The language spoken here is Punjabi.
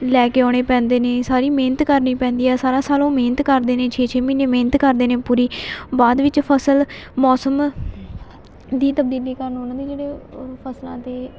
ਲੈ ਕੇ ਆਉਣੇ ਪੈਂਦੇ ਨੇ ਸਾਰੀ ਮਿਹਨਤ ਕਰਨੀ ਪੈਂਦੀ ਆ ਸਾਰਾ ਸਾਲ ਉਹ ਮਿਹਨਤ ਕਰਦੇ ਨੇ ਛੇ ਛੇ ਮਹੀਨੇ ਮਿਹਨਤ ਕਰਦੇ ਨੇ ਪੂਰੀ ਬਾਅਦ ਵਿੱਚ ਫਸਲ ਮੌਸਮ ਦੀ ਤਬਦੀਲੀ ਕਾਰਨ ਉਹਨਾਂ ਦੇ ਜਿਹੜੇ ਫਸਲਾਂ 'ਤੇ